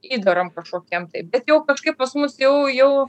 įdaram kažkokiem tai bet jau kažkaip pas mus jau jau